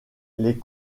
les